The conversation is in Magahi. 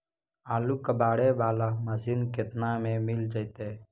आलू कबाड़े बाला मशीन केतना में मिल जइतै?